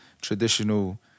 traditional